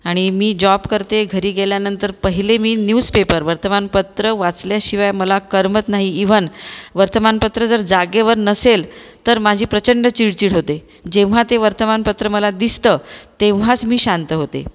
आणि मी जॉब करते घरी गेल्यानंतर पहिले मी न्यूजपेपर वर्तमानपत्र वाचल्याशिवाय मला करमत नाही इव्हन वर्तमानपत्र जर जागेवर नसेल तर माझी प्रचंड चिडचिड होते जेव्हा ते वर्तमानपत्र मला दिसतं तेव्हाच मी शांत होते